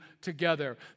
together